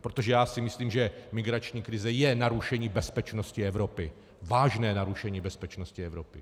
Protože si myslím, že migrační krize je narušení bezpečnosti Evropy, vážné narušení bezpečnosti Evropy.